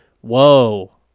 whoa